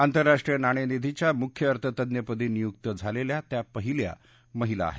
आंतरराष्ट्रीय नाणेनिधीच्या मुख्य अर्थतज्ञपदी नियुक्त झालेल्या त्या पहिल्या महिला आहेत